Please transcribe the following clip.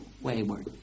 wayward